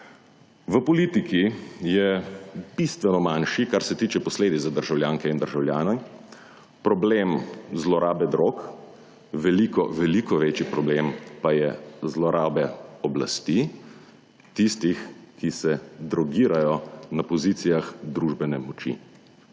V politiki je bistveno manjši, kar se tiče posledic za državljanke in državljane, problem zlorabe drog, veliko veliko večji problem pa je zlorabe oblasti tistih, ki se drogirajo na pozicijah družbene moči